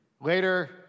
Later